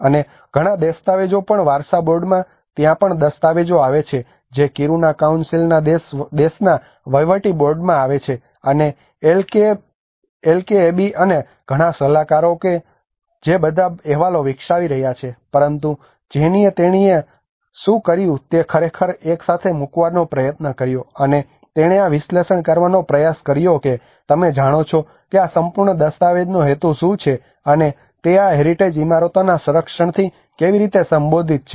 અને ઘણા દસ્તાવેજો ઘણાં વારસા બોર્ડમાં ત્યાં ઘણા દસ્તાવેજો આવે છે જે કિરુના કાઉન્સિલના દેશના વહીવટી બોર્ડમાં આવે છે અને એલકેએબ અને ઘણાં સલાહકારો કે જે બધા અહેવાલો વિકસાવી રહ્યા છે પરંતુ જેનીએ તેણીને શું કર્યું તે ખરેખર એક સાથે મૂકવાનો પ્રયત્ન કર્યો અને તેણે આ વિશ્લેષણ કરવાનો પ્રયાસ કર્યો કે તમે જાણો છો કે આ સંપૂર્ણ દસ્તાવેજનો હેતુ શું છે અને તે આ હેરિટેજ ઇમારતોના સંરક્ષણથી કેવી રીતે સંબંધિત છે